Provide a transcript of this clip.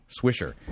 Swisher